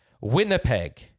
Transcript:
Winnipeg